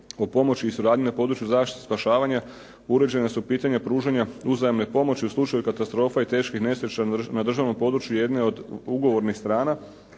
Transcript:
o pomoći i suradnji na području zaštite i spašavanja uređena su pitanja pružanja uzajamne pomoći u slučaju katastrofa i teških nesreća na državnom području jedne od ugovornih strana,